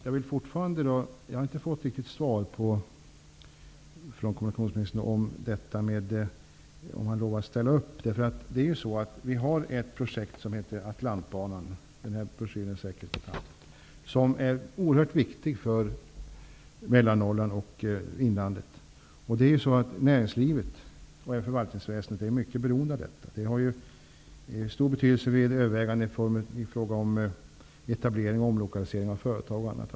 Jag har dock ännu inte fått något riktigt svar från kommunikationsministern på frågan om han lovar att ställa upp. Vi har ju ett projekt som heter Atlantbanan. Jag har en broschyr här som säkert är bekant. Detta projekt är oerhört viktigt för Mellannorrland och inlandet. Vidare är både näringslivet och förvaltningsväsendet mycket beroende av projektet. Det har stor betydelse vid överväganden i fråga om etablering och omlokalisering av företag etc.